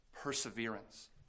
perseverance